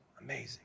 Amazing